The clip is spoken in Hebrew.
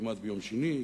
כמעט ביום שני,